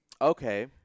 Okay